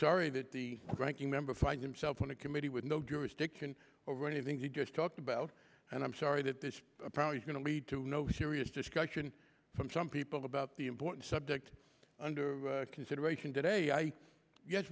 that the ranking member finds himself on a committee with no jurisdiction over anything he just talked about and i'm sorry that this probably is going to lead to no serious discussion from some people about the important subject under consideration today i guess